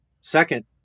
Second